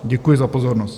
Děkuji za pozornost.